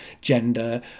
gender